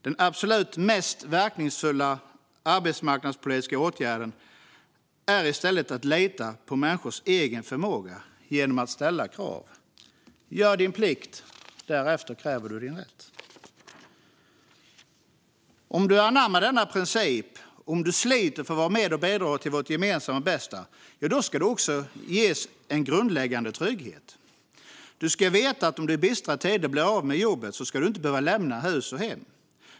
Den absolut mest verkningsfulla arbetsmarknadspolitiska åtgärden är i stället att lita på människors egen förmåga genom att ställa krav. Gör din plikt, därefter kräver du din rätt! Om du anammar denna princip och sliter för att vara med och bidra till vårt gemensamma bästa ska du också ges en grundläggande trygghet. Du ska veta att om du i bistra tider blir av med jobbet ska du inte behöva lämna hus och hem.